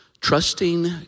trusting